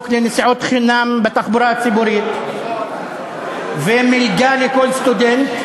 לנסיעות חינם בתחבורה הציבורית ומלגה לכל סטודנט.